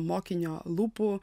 mokinio lūpų